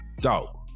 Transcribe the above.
dog